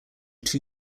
two